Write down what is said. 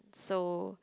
so